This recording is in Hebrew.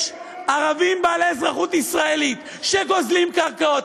יש ערבים בעלי אזרחות ישראלית שגוזלים קרקעות.